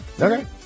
okay